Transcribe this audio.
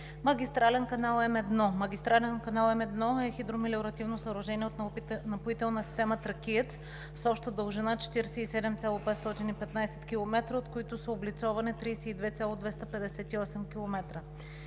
Магистрален канал М-1 е хидромелиоративно съоръжение от напоителна система „Тракиец“ с обща дължина 47,515 км, от които са облицовани 32,258 км.